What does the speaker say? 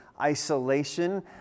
isolation